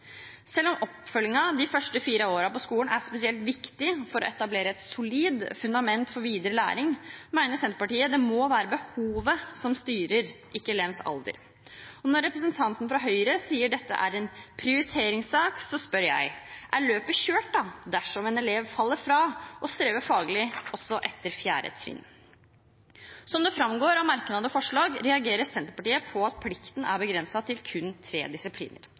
Selv om oppfølgingen de første fire årene på skolen er spesielt viktig for å etablere et solid fundament for videre læring, mener Senterpartiet det må være behovet som skal styre – ikke elevens alder. Når representanten fra Høyre sier at dette er en prioriteringssak, spør jeg: Er løpet kjørt dersom en elev faller fra og strever faglig også etter 4. trinn? Som det framgår av merknad og forslag, reagerer Senterpartiet på at plikten er begrenset til kun tre disipliner: